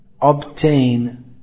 obtain